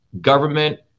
government